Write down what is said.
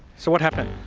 so, what happened?